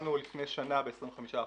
הורדנו לפני שנה ב-25%.